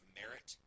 merit